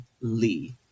Lee